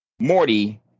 Morty